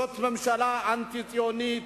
זאת ממשלה אנטי-ציונית,